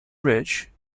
rich